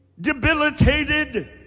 Debilitated